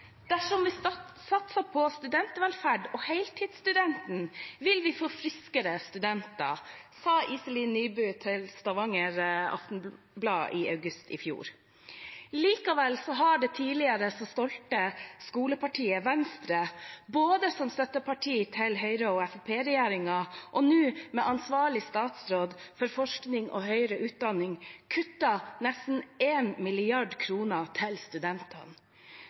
Dersom vi satser på studentvelferd og heltidsstudenten, vil vi få friskere studenter, sa Iselin Nybø til Stavanger Aftenblad i august i fjor. Likevel har det tidligere så stolte skolepartiet Venstre, både som støtteparti for Høyre–Fremskrittsparti-regjeringen og nå med ansvarlig statsråd for forskning og høyere utdanning, kuttet nesten 1 mrd. kr i støtten til studentene.